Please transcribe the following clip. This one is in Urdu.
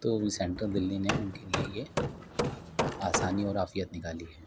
تو سینٹرل دلی نے ان کے لئے یہ آسانی اور عافیت نکالی ہے